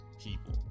people